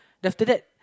after that